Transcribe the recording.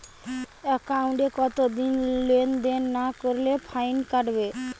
একাউন্টে কতদিন লেনদেন না করলে ফাইন কাটবে?